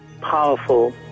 powerful